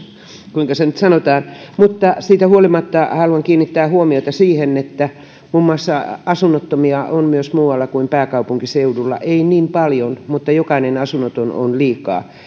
kuinka se nyt sanotaan mutta siitä huolimatta haluan kiinnittää huomiota siihen että muun muassa asunnottomia on myös muualla kuin pääkaupunkiseudulla ei niin paljon mutta jokainen asunnoton on liikaa